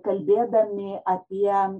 kalbėdami apie